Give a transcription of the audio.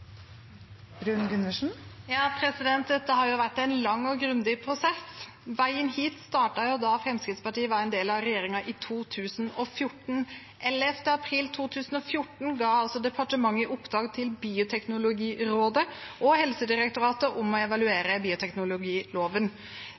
Dette har jo vært en lang og grundig prosess. Veien hit startet da Fremskrittspartiet var en del av regjeringen i 2014. Den 11. april 2014 ga departementet i oppdrag til Bioteknologirådet og Helsedirektoratet å